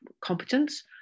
competence